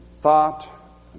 thought